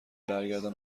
برگردم